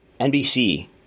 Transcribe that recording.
NBC